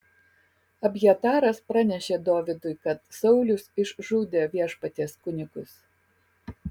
abjataras pranešė dovydui kad saulius išžudė viešpaties kunigus